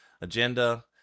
agenda